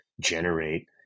generate